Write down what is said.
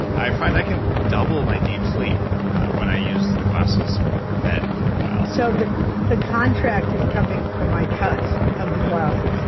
i find i can double my deep sleep when i use the glasses before bed for a while so the the contract is coming for my cut of the glasses,